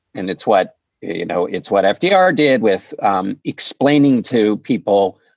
and it's what you know. it's what fdr did with um explaining to people.